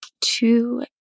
Two